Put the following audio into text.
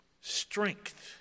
strength